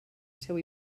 seu